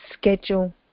schedule